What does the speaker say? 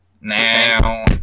Now